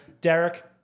Derek